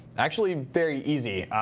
actually very easy.